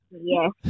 Yes